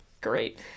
Great